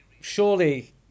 Surely